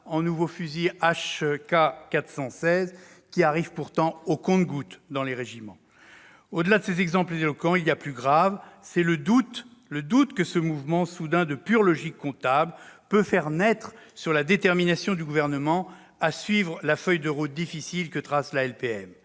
en nouveaux fusils HK416, qui arrivent pourtant au compte-gouttes dans les régiments ! Au-delà de ces exemples éloquents, il y a plus grave : c'est le doute que ce mouvement soudain de pure logique comptable peut faire naître sur la détermination du Gouvernement à suivre la feuille de route, difficile, que trace la LPM.